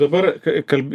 dabar kai kalbi